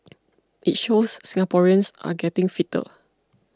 it shows Singaporeans are getting fitter